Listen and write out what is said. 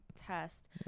test